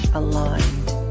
aligned